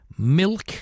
milk